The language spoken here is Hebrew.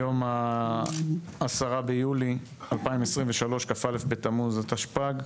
היום ה-10 ביולי 2023 כ"א בתמוז התשפ"ג.